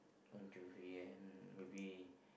Bon-Jovi and maybe